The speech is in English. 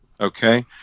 Okay